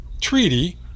treaty